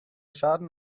schaden